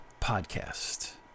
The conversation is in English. podcast